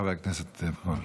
חבר הכנסת עידן רול,